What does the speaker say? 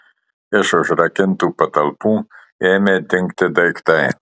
iš užrakintų patalpų ėmė dingti daiktai